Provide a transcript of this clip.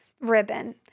ribbon